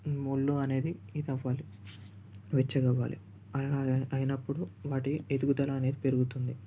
ఒళ్ళు అనేది ఇదవ్వాలి వెచ్చగవ్వాలి అయ్యి అయినప్పుడు వాటి ఎదుగుదల అనేది పెరుగుతుంది